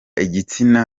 igitsina